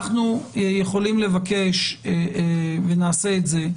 אנחנו יכולים לבקש ונעשה את זה.